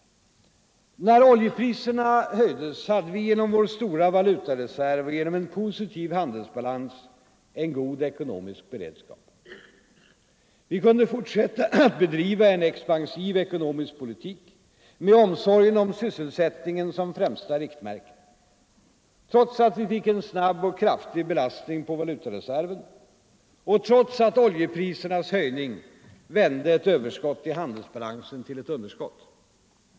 När oljepriserna höjdes hade vi genom vår stora valutareserv och genom en positiv handelsbalans en god ekonomisk beredskap. Vi kunde fortsätta att bedriva en expansiv ekonomisk politik med omsorgen om sysselsättningen som främsta riktmärke, trots att vi fick en snabb och kraftig belastning på valutareserven och trots att oljeprisernas höjning vände ett överskott i handelsbalansen till ett underskott.